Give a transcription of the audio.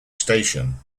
station